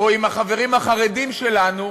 או עם החברים החרדים שלנו,